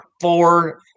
four